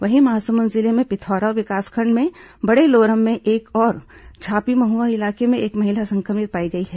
वहीं महासमुंद जिले में पिथौरा विकासखंड के बड़े लोरम में एक और झापी महुआ इलाके में एक महिला संक्रमित पाई गई है